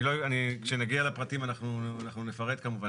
כשנגיע לפרטים אנחנו נפרט כמובן,